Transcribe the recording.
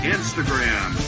Instagram